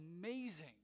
amazing